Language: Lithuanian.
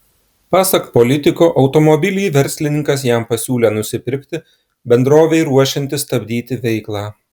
pasak politiko automobilį verslininkas jam pasiūlė nusipirkti bendrovei ruošiantis stabdyti veiklą